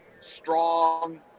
strong